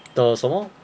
the 什么